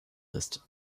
list